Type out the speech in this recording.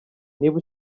niba